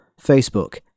Facebook